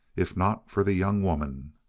if not for the young woman.